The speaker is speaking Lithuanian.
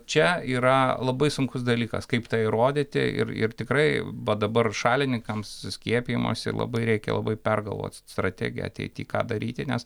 čia yra labai sunkus dalykas kaip tą įrodyti ir ir tikrai va dabar šalininkams skiepijimosi labai reikia labai pergalvot strategiją ateity ką daryti nes